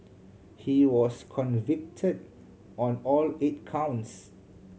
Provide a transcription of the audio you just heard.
he was convicted on all eight counts